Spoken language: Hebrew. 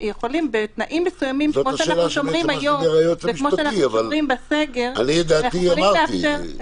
זאת השאלה של היועץ המשפטי אבל אני את דעתי אמרתי.